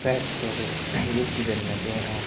प्रायः जस्तो यो सिजनमा चाहिँ